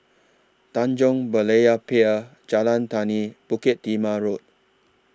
Tanjong Berlayer Pier Jalan Tani Bukit Timah Road